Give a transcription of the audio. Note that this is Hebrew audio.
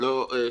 לא שוכחים,